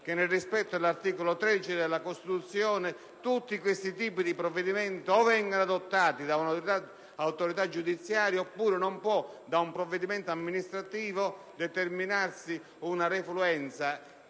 che, nel rispetto dell'articolo 13 della Costituzione, questi tipi di provvedimento o vengono adottati da un'autorità giudiziaria oppure non si può, con un atto amministrativo, determinare una rifluenza